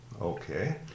okay